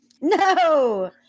no